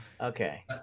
okay